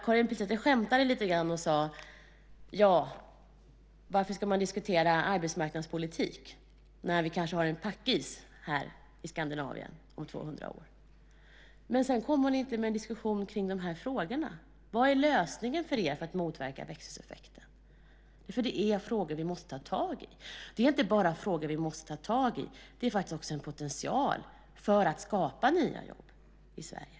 Karin Pilsäter skämtade lite grann och sade: Varför ska man diskutera arbetsmarknadspolitik när vi kanske har packis här i Skandinavien om 200 år? Men sedan kom hon inte med någon diskussion om de här frågorna. Vad är er lösning för att motverka växthuseffekten? Detta är ju frågor som vi måste ta tag i. Och det är inte bara det, utan det är också en potential för att skapa nya jobb i Sverige.